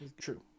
True